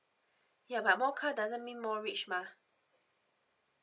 ya but more car doesn't mean more rich mah